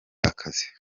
akazi